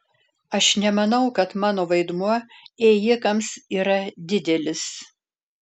aš nemanau kad mano vaidmuo ėjikams yra didelis